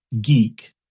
geek